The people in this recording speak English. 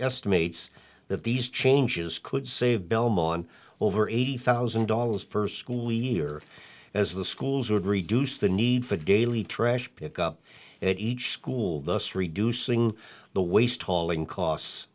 estimates that these changes could save delmon over eighty thousand dollars per school easier as the schools would reduce the need for daily trash pick up at each school thus reducing the waste hauling cos